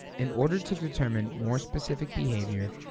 in order to determine more specific behavior,